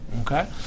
Okay